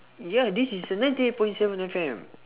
ya this is a ninety eight point seven F_M